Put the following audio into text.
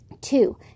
Two